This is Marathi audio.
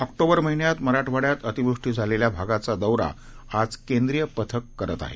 ऑक्टोबरमहिन्यातमराठवाड्यातअतिवृष्टीझालेल्याभागाचादौरा आजकेंद्रीयपथककरतआहे